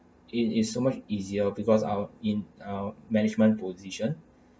it is so much easier because our in our management position